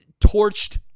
torched